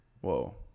Whoa